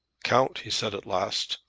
count, he said at last,